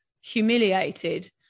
humiliated